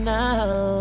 now